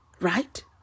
right